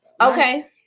Okay